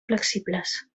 flexibles